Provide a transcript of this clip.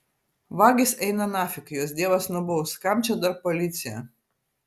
vagys eina nafig juos dievas nubaus kam čia dar policija